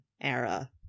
era